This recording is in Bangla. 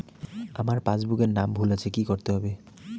আমার পাসবুকে নাম ভুল আছে কি করতে হবে?